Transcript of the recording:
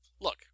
Look